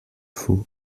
faut